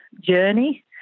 journey